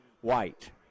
White